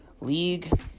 League